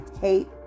hate